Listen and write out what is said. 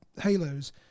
halos